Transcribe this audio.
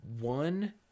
One